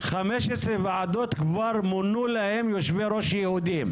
חמש עשרה ועדות כבר מונו להן יושבי ראש יהודים.